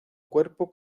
cuerpo